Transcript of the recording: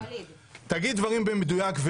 תגיד דברים במדויק,